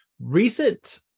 recent